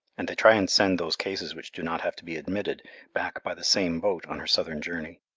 and they try and send those cases which do not have to be admitted back by the same boat on her southern journey.